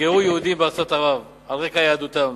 נפגעו יהודים בארצות ערב, על רקע יהדותם,